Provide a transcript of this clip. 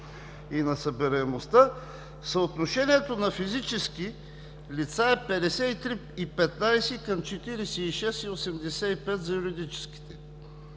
и на събираемостта, съотношението на физически лица е 53,15 към 46,85 за юридическите.